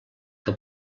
que